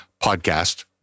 podcast